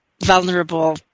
vulnerable